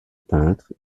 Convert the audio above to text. peintre